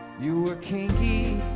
you were kinky,